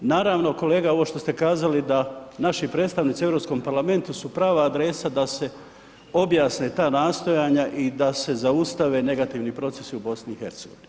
Naravno kolega ovo što ste kazali da naši predstavnici u Europskom parlamentu su prava adresa da se objasne ta nastojanja i da se zaustave negativni procesi u BiH.